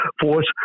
force